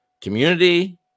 community